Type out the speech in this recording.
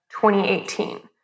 2018